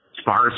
sparse